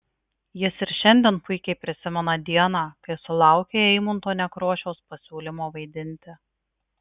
jis ir šiandien puikiai prisimena dieną kai sulaukė eimunto nekrošiaus pasiūlymo vaidinti